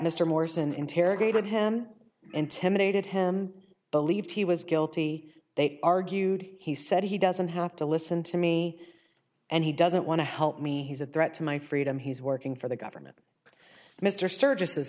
mr morrison interrogated him intimidated him believed he was guilty they argued he said he doesn't have to listen to me and he doesn't want to help me he's a threat to my freedom he's working for the government mr sturg